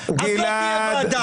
אז לא תהיה ועדה.